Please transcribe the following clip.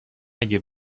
اگه